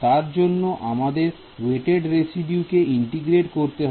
তার জন্য আমাদের ওয়েট রেসিদুকে ইন্টিগ্রেটেড করতে হবে